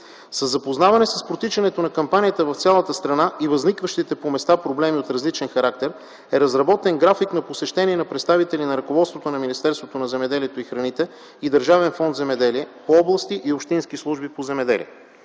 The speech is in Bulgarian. Със запознаване с протичането на кампанията в цялата страна и възникващите по места проблеми от различен характер е разработен график на посещения на представители на ръководството на Министерството на земеделието и храните и Държавен фонд „Земеделие” по области и общински служби по земеделие.